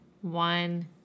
One